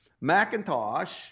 Macintosh